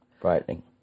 Frightening